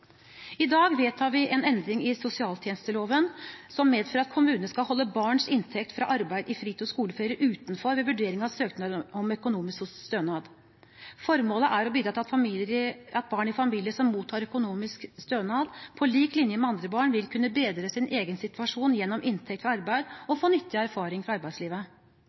I dag vedtar vi en endring i sosialtjenesteloven som medfører at kommunene skal holde barns inntekt av arbeid i fritid og skoleferie utenfor ved vurdering av søknad om økonomisk stønad. Formålet er å bidra til at barn i familier som mottar økonomisk stønad, på lik linje med andre barn vil kunne bedre sin egen situasjon gjennom inntekt fra arbeid og få nyttig erfaring fra arbeidslivet.